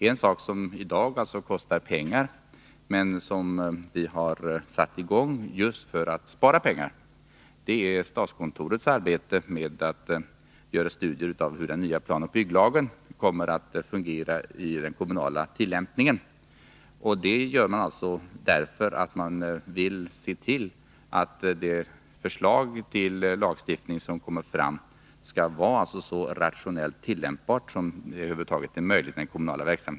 En sak som i dag kostar pengar är kommunernas arbete med planoch byggfrågor, men statskontoret har satt i gång att studera hur den nya planoch bygglagen fungerar i kommunal tillämpning. Detta gör man för att i fortsättningen kunna lägga fram förslag till lagstiftning som skall kunna tillämpas så rationellt som det över huvud taget är möjligt ute i kommunerna.